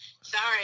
Sorry